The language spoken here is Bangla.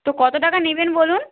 তো কত টাকা নেবেন বলুন